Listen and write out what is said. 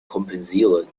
kompensieren